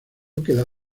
quedó